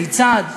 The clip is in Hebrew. מיצד,